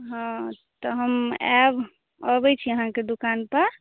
हँ तऽ हम आएब आबै छी अहाँके दोकानपर